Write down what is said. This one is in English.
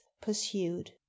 pursued